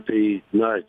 tai na